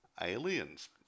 Aliens